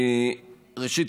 ראשית,